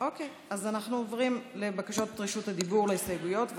עוברים לבקשות רשות הדיבור להסתייגויות.